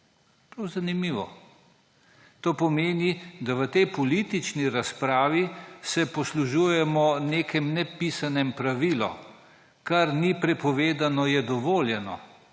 Prav zanimivo. To pomeni, da se v tej politični razpravi poslužujemo nekega nepisanega pravila, kar ni prepovedano, je dovoljeno.